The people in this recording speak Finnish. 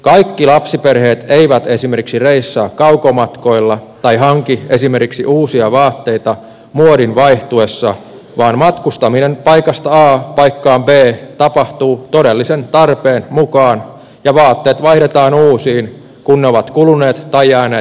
kaikki lapsiperheet eivät esimerkiksi reissaa kaukomatkoilla tai hanki esimerkiksi uusia vaatteita muodin vaihtuessa vaan matkustaminen paikasta a paikkaan b tapahtuu todellisen tarpeen mukaan ja vaatteet vaihdetaan uusiin kun ne ovat kuluneet tai jääneet pieniksi